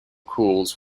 cools